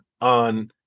on